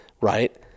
right